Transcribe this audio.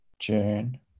June